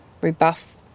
rebuff